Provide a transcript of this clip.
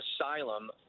asylum